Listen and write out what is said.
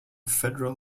federal